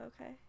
Okay